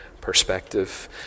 perspective